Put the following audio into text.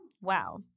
Wow